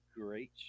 great